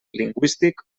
lingüístic